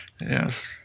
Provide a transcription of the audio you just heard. Yes